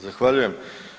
Zahvaljujem.